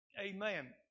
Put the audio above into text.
Amen